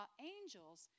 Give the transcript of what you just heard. angels